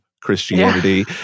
Christianity